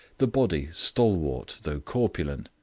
the body stalwart though corpulent,